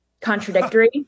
contradictory